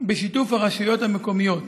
בשיתוף הרשויות המקומיות.